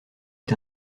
est